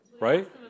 right